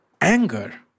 Anger